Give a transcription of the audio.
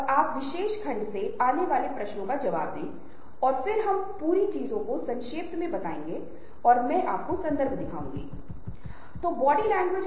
इसलिए जब हम कुछ अन्य चीजों का उपयोग करना शुरू करते हैं तो हम उन चीजों पर भी संज्ञान लेंगे और हम उनका पता लगाएंगे